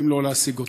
אם לא להשיג אותו.